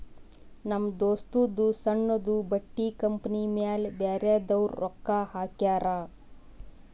ನಮ್ ದೋಸ್ತದೂ ಸಣ್ಣುದು ಬಟ್ಟಿ ಕಂಪನಿ ಮ್ಯಾಲ ಬ್ಯಾರೆದವ್ರು ರೊಕ್ಕಾ ಹಾಕ್ಯಾರ್